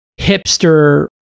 hipster